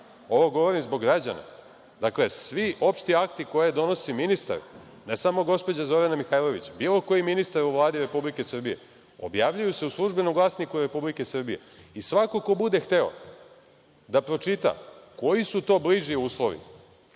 Ovo govorim zbog građana. Dakle, svi opšti akti koje donosi ministar, ne samo gospođa Zorana Mihajlović, bilo koji ministar u Vladi Republike Srbije, objavljuju se u „Službenom glasniku Republike Srbije“ i svako ko bude hteo da pročita koji su to bliži uslovi